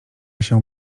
się